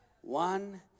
One